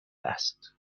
است